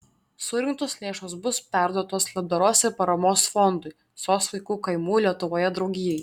surinktos lėšos bus perduotos labdaros ir paramos fondui sos vaikų kaimų lietuvoje draugijai